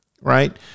right